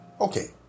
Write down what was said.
Okay